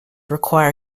require